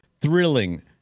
thrilling